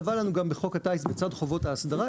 קבע לנו גם בחוק הטיס לצד חובות ההסדרה,